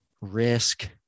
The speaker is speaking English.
risk